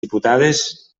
diputades